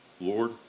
Lord